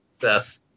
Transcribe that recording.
Seth